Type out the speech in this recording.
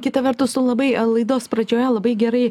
kita vertus tu labai laidos pradžioje labai gerai